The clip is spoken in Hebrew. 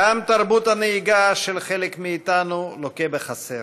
גם תרבות הנהיגה של חלק מאיתנו לוקה בחסר.